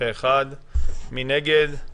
מי נגד?